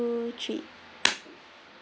~o three